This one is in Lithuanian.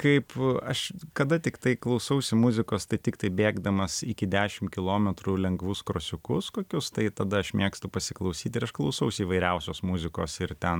kaip aš kada tiktai klausausi muzikos tai tiktai bėgdamas iki dešim kilometrų lengvus krosiukus kokius tai tada aš mėgstu pasiklausyt ir aš klausausi įvairiausios muzikos ir ten